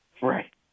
Right